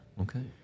Okay